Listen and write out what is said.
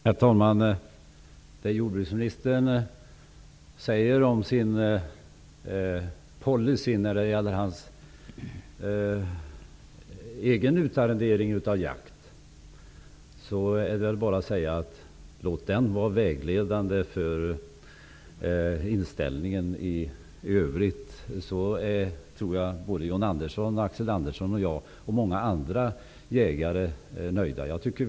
Herr talman! Det jordbruksministern säger om sin policy vad gäller hans egen utarrendering av jaktmark, kan jag bara säga: Låt den policyn vara vägledande för inställningen i övrigt. Då tror jag att John Andersson, Axel Andersson, jag och många andra jägare blir nöjda.